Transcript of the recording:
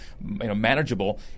manageable